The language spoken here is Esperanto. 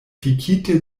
pikite